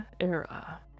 era